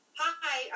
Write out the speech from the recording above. hi